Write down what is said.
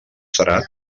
serà